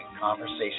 conversation